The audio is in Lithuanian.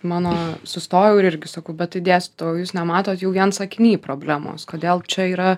mano sustojau ir irgi sakau bet tai dėstytojau o jūs nematot jau vien sakiny problemos kodėl čia yra